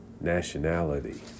nationality